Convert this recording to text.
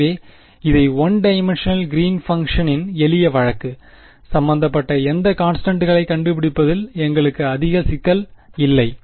எனவே இது one dimensional green பங்க்ஷனின் எளிய வழக்கு சம்பந்தப்பட்ட எந்த கான்ஸ்டன்ட்களையும் கண்டுபிடிப்பதில் எங்களுக்கு அதிக சிக்கல் இல்லை